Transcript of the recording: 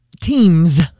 teams